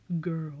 girl